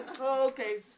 okay